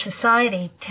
society